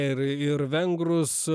ir ir vengrus